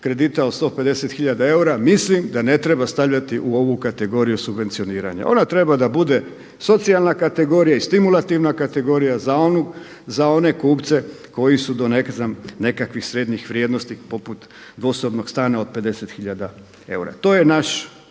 kredita od 150 hiljada eura mislim da ne treba stavljati u ovu kategoriju subvencioniranja. Ona treba da bude socijalna kategorija i stimulativna kategorija za one kupce koji su do ne znam nekakvih srednjih vrijednosti poput dvosobnog stana od 50 hiljada eura. To je naš,